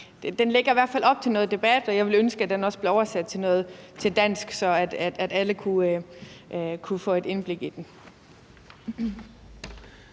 den lægger i hvert fald op til noget debat, og jeg ville ønske, den også blev oversat til dansk, så alle kunne få et indblik i den.